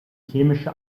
chemische